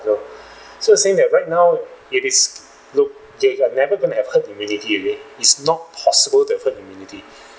no so you're saying that right now it is look okay we're never gonna have herd immunity already is not possible to have herd immunity